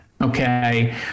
okay